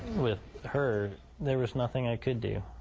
with her, there was nothing i could do.